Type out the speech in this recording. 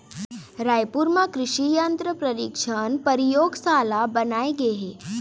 रायपुर म कृसि यंत्र परीक्छन परयोगसाला बनाए गे हे